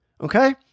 Okay